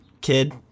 kid